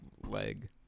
leg